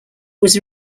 was